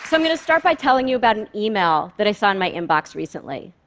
so i'm going to start by telling you about an email that i saw in my inbox recently.